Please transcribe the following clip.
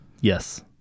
Yes